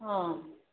ꯑꯥ